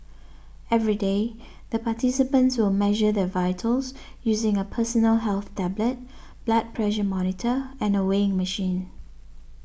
every day the participants will measure their vitals using a personal health tablet blood pressure monitor and a weighing machine